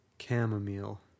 Chamomile